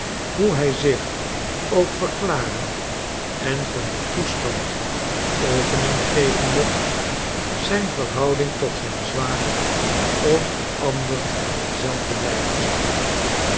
hoe hij zich ook verklaren en van den toestand opening geven mocht zijn verhouding tot zijn zwager onveranderd dezelfde blijven zou